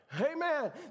Amen